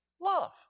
love